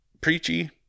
preachy